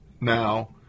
now